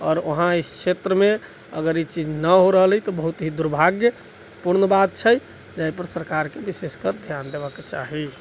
आओर वहाँ इस क्षेत्रमे अगर ई चीज नहि हो रहल अछि तऽ बहुत ही दुर्भाग्य पूर्ण बात छै जाहि पर सरकारके विशेषकर ध्यान देबऽके चाही